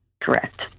Correct